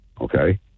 okay